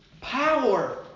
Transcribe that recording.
power